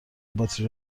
باتری